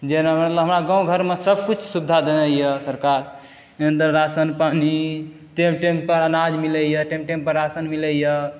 जेना हमरा गाँव घरमे सब कुछ सुविधा देने यऽ सरकार मेन तऽ राशन पानि टाइम टाइम पर अनाज मिलैए टाइम टाइम पर राशन मिलैए